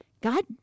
God